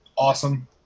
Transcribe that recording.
Awesome